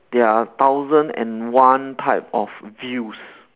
there are thousand and one type of views